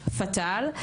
פאטאל,